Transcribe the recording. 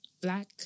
black